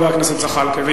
חבר הכנסת זחאלקה,